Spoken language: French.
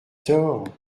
tort